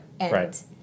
right